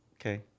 Okay